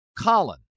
Colin